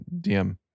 DM